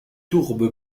tourbe